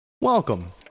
Welcome